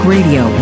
Radio